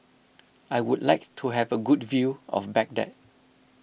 I would like to have a good view of Baghdad